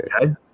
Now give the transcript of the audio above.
Okay